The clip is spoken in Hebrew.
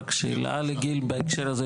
רק שאלה לגיל בהקשר הזה,